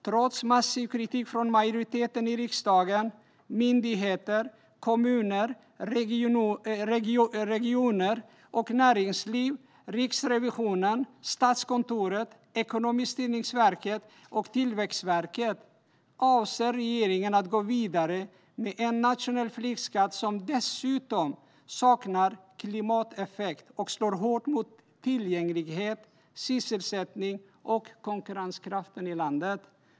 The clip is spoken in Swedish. Trots massiv kritik från majoriteten i riksdagen, myndigheter, kommuner, regioner, näringsliv, Riksrevisionen, Statskontoret, Ekonomistyrningsverket och Tillväxtverket avser regeringen att gå vidare med en nationell flygskatt som dessutom saknar klimateffekt och slår hårt mot tillgänglighet, sysselsättning och konkurrenskraft i landet.